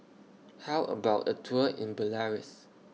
How about A Tour in Belarus